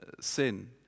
sin